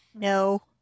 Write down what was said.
no